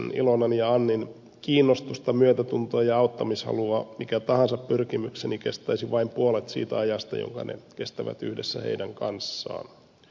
ilman matiaksen ilonan ja annin kiinnostusta myötätuntoa ja auttamishalua mikä tahansa pyrkimykseni kestäisi vain puolet siitä ajasta jonka se kestää yhdessä heidän kanssaan